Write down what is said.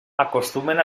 acostumen